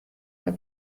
mal